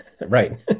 Right